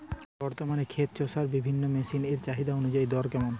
বর্তমানে ক্ষেত চষার বিভিন্ন মেশিন এর চাহিদা অনুযায়ী দর কেমন?